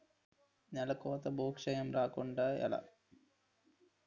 నేలకోత భూక్షయం రాకుండ ఎలా?